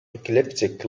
ecliptic